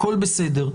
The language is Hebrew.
הכול בסדר.